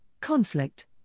conflict